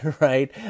right